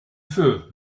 feu